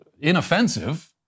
inoffensive